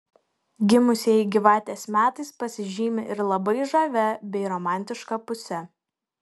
gimusieji gyvatės metais pasižymi ir labai žavia bei romantiška puse